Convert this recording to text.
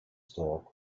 store